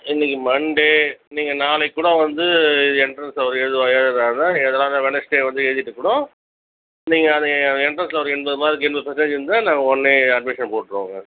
இன்னைக்கு மண்டே நீங்கள் நாளைக்கு கூட வந்து எண்ட்ரன்ஸ் அவர் எழுதுவார் எழுதுறாருன்னா எழுதலாம் இல்லைன்னா வெட்னஸ்டே வந்து எழுதிட்டுக்கூடம் நீங்கள் அதை அதை எண்ட்ரன்ஸில் ஒரு எண்பது மார்க் எண்பது பர்சண்டேஜ் இருந்தால் நாங்கள் உடனே அட்மிஷன் போட்டுருவோங்க